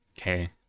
okay